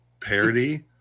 parody